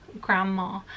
grandma